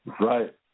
Right